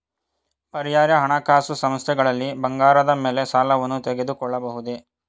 ಪರ್ಯಾಯ ಹಣಕಾಸು ಸಂಸ್ಥೆಗಳಲ್ಲಿ ಬಂಗಾರದ ಮೇಲೆ ಸಾಲವನ್ನು ತೆಗೆದುಕೊಳ್ಳಬಹುದೇ?